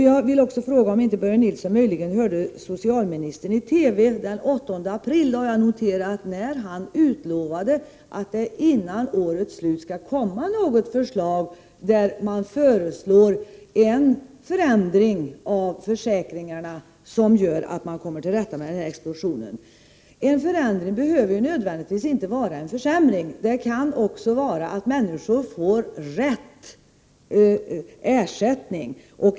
Jag vill också fråga om Börje Nilsson möjligen inte hörde socialministern i TV den 8 april — detta har jag noterat — när han utlovade att det före årets slut skall komma ett förslag till förändring av försäkringarna som gör att man kommer till rätta med denna explosion. En förändring behöver inte nödvändigtvis vara en försämring. Den kan också innebära att människor får rätt ersättning.